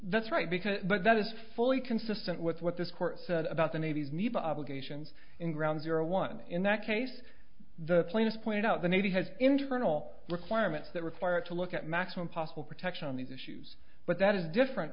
that's right because but that is fully consistent with what this court said about the navy's need obligations in ground zero one in that case the plane is pointed out the navy has internal requirements that require it to look at maximum possible protection on these issues but that is different